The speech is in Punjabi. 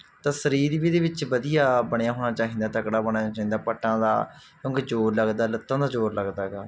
ਤਾਂ ਸਰੀਰ ਵੀ ਇਹਦੇ ਵਿੱਚ ਵਧੀਆ ਬਣਿਆ ਹੋਣਾ ਚਾਹੀਦਾ ਤਕੜਾ ਬਣਿਆ ਜਾਂਦਾ ਪੱਟਾਂ ਦਾ ਕਿਉਂਕਿ ਜ਼ੋਰ ਲੱਗਦਾ ਲੱਤਾਂ ਦਾ ਜ਼ੋਰ ਲੱਗਦਾ ਹੈਗਾ